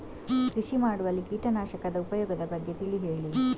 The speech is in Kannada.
ಕೃಷಿ ಮಾಡುವಲ್ಲಿ ಕೀಟನಾಶಕದ ಉಪಯೋಗದ ಬಗ್ಗೆ ತಿಳಿ ಹೇಳಿ